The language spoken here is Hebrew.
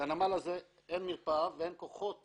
לנמל הזה אין מרפאה ואין כוחות